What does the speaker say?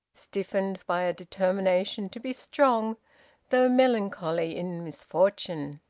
stiffened by a determination to be strong though melancholy in misfortune.